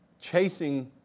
chasing